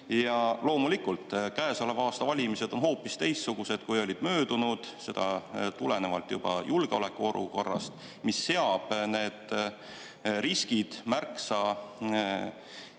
Ja loomulikult, käesoleva aasta valimised on hoopis teistsugused, kui olid möödunud, seda tulenevalt juba julgeolekuolukorrast, mis seab need riskid märksa